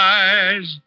eyes